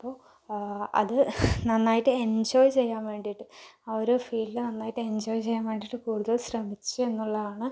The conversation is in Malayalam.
അപ്പോൾ അത് നന്നായിട്ട് എന്ജോയ് ചെയ്യാൻ വേണ്ടിയിട്ട് ആ ഒരു ഫീലില് നന്നായിട്ട് എൻജോയ് ചെയ്യാൻ വേണ്ടിയിട്ട് കൂടുതൽ ശ്രമിച്ചു എന്നുള്ളതാണ്